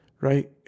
right